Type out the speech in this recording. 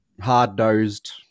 hard-nosed